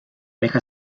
deja